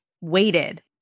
waited